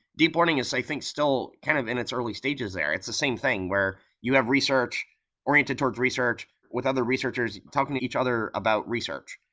deep learning is i think still kind of in its early stages there. it's the same thing, where you have research oriented towards research with other researchers, talking to each other about research.